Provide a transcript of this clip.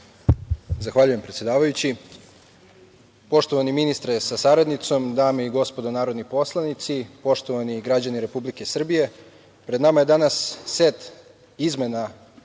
Zahvaljujem, predsedavajući. Poštovani ministre sa saradnicom, dame i gospodo narodni poslanici, poštovani građani Republike Srbije, pred nama je danas set izmena